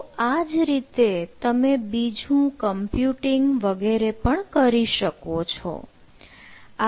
તો આ જ રીતે તમે બીજું કમ્પ્યુટિંગ વગેરે પણ કરી શકો છો